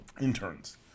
interns